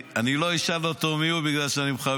בגלל זה.